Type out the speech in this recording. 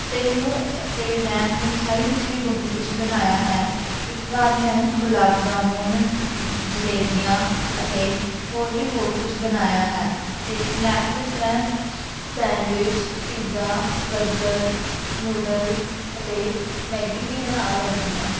ਅਤੇ ਮੈਨੂੰ ਅਤੇ ਮੈਂ ਮਿਠਾਈ ਵਿੱਚ ਵੀ ਬਹੁਤ ਕੁਝ ਬਣਾਇਆ ਹੈ ਇੱਕ ਵਾਰ ਮੈਂ ਗੁਲਾਬ ਜਾਮੁਨ ਜਲੇਬੀਆਂ ਅਤੇ ਹੋਰ ਵੀ ਬਹੁਤ ਕੁਝ ਬਣਾਇਆ ਹੈ ਅਤੇ ਸਨੈਕ ਵਿੱਚ ਮੈਂ ਸੈਂਡਵਿਚ ਪੀਜ਼ਾ ਬਰਗਰ ਨਿਊਡਲ ਅਤੇ ਮੈਗੀ ਵੀ ਬਣਾ ਲੈਂਦੀ ਹਾਂ